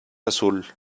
azul